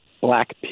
black